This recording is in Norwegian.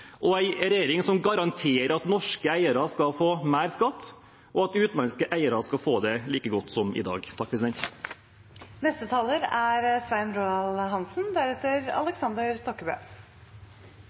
og en regjering som garanterer at norske eiere skal få mer i skatt, og at utenlandske eiere skal få det like godt som i dag.